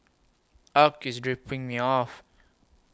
Arch IS dropping Me off